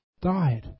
died